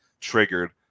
triggered